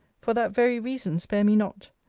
for that very reason spare me not.